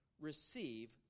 receive